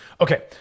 Okay